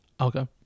okay